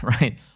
right